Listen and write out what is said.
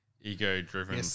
ego-driven